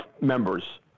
members